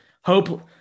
hope